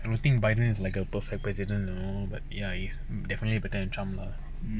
I don't think biden is like a perfect president you know but ya it's definitely better than trump lah